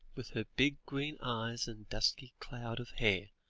with her big green eyes and dusky cloud of hair,